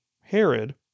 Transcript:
Herod